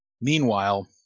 Meanwhile